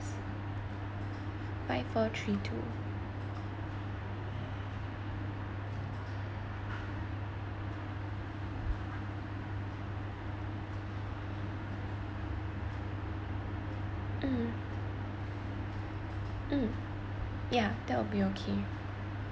five four three two mm mm yeah that'll be okay